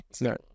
No